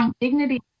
dignity